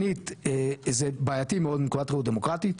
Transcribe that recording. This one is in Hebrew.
שנית, זה בעייתי מאוד מנקודת ראות דמוקרטית.